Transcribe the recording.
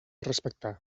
respectar